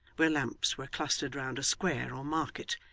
where lamps were clustered round a square or market,